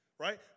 Right